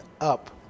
up